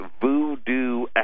voodoo